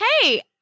hey